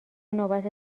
نوبت